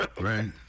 Right